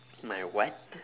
my what